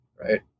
right